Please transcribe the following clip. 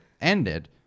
ended